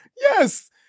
Yes